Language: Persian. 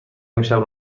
امشب